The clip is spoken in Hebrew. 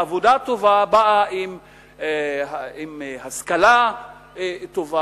עבודה טובה באה עם השכלה טובה.